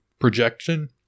projection